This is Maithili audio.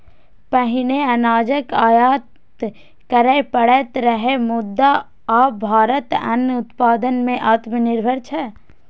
पहिने अनाजक आयात करय पड़ैत रहै, मुदा आब भारत अन्न उत्पादन मे आत्मनिर्भर छै